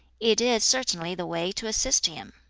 it is certainly the way to assist him.